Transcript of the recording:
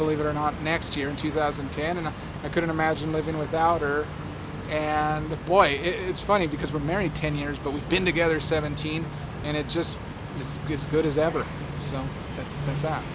believe it or not next year in two thousand and ten and i couldn't imagine living without or and the boy it's funny because we're married ten years but we've been together seventeen and it just it's just good as ever so